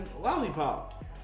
Lollipop